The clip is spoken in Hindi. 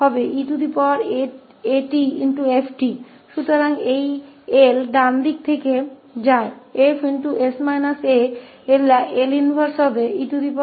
तो यह 𝐿 दाईं ओर जाता है 𝐹𝑠 − 𝑎 का L इनवर्स eat𝑓𝑡 होगा